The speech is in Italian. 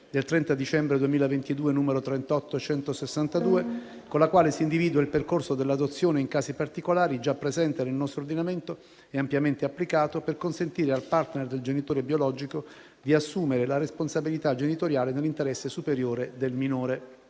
del 30 dicembre 2022, n. 38162, con la quale si individua il percorso dell'adozione in casi particolari, già presente nel nostro ordinamento e ampiamente applicato, per consentire al *partner* del genitore biologico di assumere la responsabilità genitoriale nell'interesse superiore del minore».